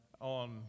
on